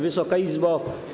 Wysoka Izbo!